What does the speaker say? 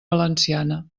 valenciana